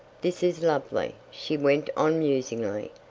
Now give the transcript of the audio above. this is lovely, she went on musingly,